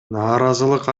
нааразылык